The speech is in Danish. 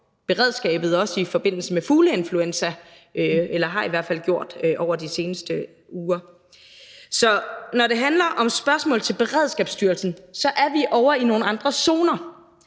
beredskabet også i forbindelse med fugleinfluenza, eller de har i hvert fald gjort det over de seneste uger. Så når det handler om spørgsmål om Beredskabsstyrelsen, er vi ovre i nogle andre zoner.